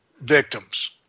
victims